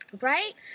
right